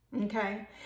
Okay